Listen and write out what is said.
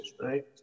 right